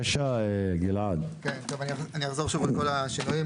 אני אחזור שוב על כל השינויים